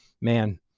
man